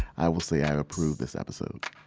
i will say i approve this episode